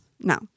No